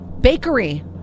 Bakery